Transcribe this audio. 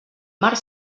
mar